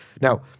Now